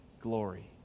glory